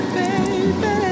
baby